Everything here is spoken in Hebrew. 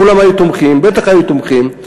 כולם בטח היו תומכים,